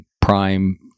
prime